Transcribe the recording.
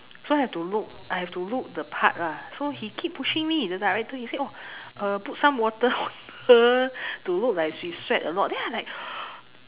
so have to look I have to look the part lah so he keep pushing me the director he say oh put some water on her to look like she sweat a lot then I like